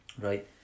Right